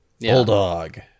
Bulldog